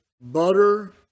butter